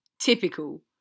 Typical